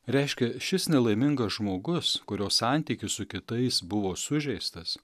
reiškia šis nelaimingas žmogus kurio santykis su kitais buvo sužeistas